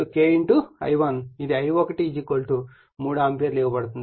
కాబట్టిI2 K I1 ఇది I1 3 ampere ఇవ్వబడుతుంది